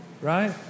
Right